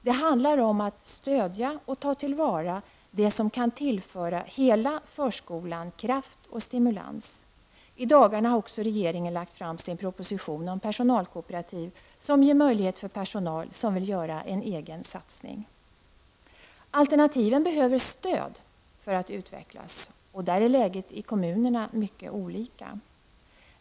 Det handlar om att stödja och ta till vara det som kan tillföra hela förskolan kraft och stimulans. I dagarna har också regeringen lagt fram sin proposition om personalkooperativ, vilken ger möjligheter för den personal som vill göra en egen satsning. Alternativen behöver stöd för att utvecklas, och i det sammanhanget är läget i kommunerna mycket olika.